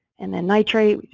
and then nitrate.